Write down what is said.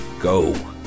go